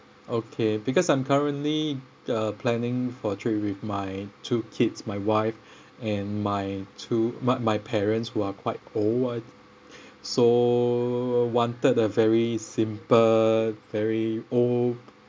okay because I'm currently uh planning for trip with my two kids my wife and my two my my parents who are quite old [what] so wanted a very simple very old